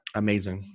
amazing